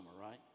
right